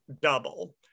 double